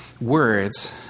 words